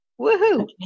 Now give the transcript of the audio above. Woohoo